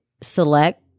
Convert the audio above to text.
select